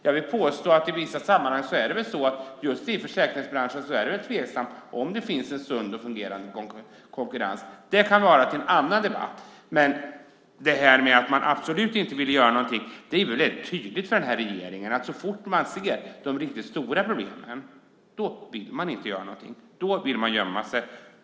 Jag vill påstå att i vissa sammanhang är det i försäkringsbranschen tveksamt om det är en sund och fungerande konkurrens, men det kan vi ta upp i en annan debatt. Att man absolut inte vill göra någonting är tydligt hos den här regeringen. Så fort man ser de riktigt stora problemen vill man inte göra någonting utan vill gömma sig.